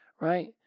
right